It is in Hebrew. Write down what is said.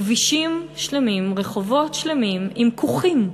כבישים שלמים, רחובות שלמים, עם כוכים.